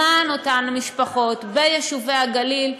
למען אותן משפחות ויישובי הגליל,